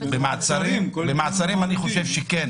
במעצרים אני חושב שכן